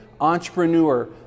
entrepreneur